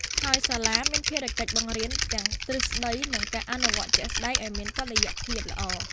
ហើយសាលាមានភារកិច្ចបង្រៀនទាំង ទ្រឹស្ដី និង ការអនុវត្តន៍ជាក់ស្ដែង ឱ្យមានតុល្យភាពល្អ។